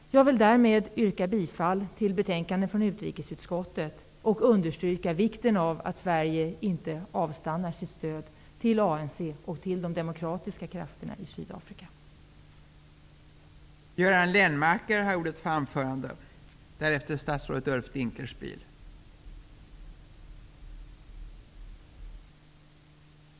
Jag vill därmed yrka bifall till hemställan i betänkandet från utrikesutskottet och understryka vikten av att Sveriges stöd till ANC och de demokratiska krafterna i Sydafrika inte avstannar.